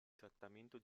trattamento